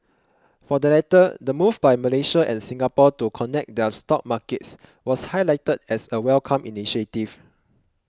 for the latter the move by Malaysia and Singapore to connect their stock markets was highlighted as a welcomed initiative